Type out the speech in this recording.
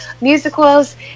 musicals